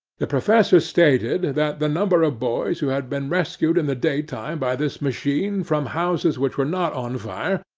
the professor stated that the number of boys who had been rescued in the daytime by this machine from houses which were not on fire,